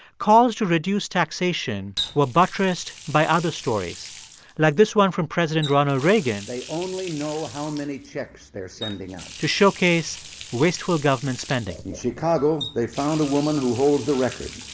calls to reduce taxation were buttressed by other stories like this one from president ronald reagan. they only know how many checks they're sending out. to showcase wasteful government spending in chicago, they found a woman who holds the record.